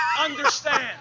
understand